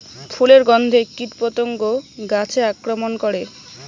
ফুলের গণ্ধে কীটপতঙ্গ গাছে আক্রমণ করে?